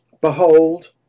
Behold